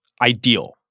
ideal